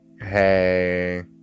hey